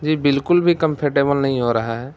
جی بالکل بھی کمفرٹیبل نہیں ہو رہا ہے